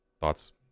Thoughts